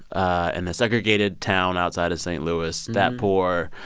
ah in a segregated town outside of st. louis, that poor,